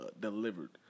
delivered